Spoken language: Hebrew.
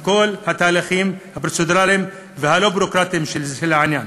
עם כל התהליכים הפרוצדורליים והלא-ביורוקרטיים של העניין.